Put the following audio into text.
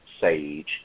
sage